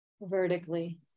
vertically